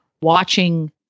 watching